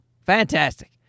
Fantastic